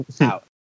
out